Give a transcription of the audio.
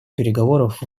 переговоров